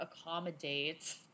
accommodate